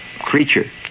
creature